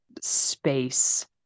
space